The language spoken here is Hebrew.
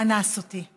אנס אותי".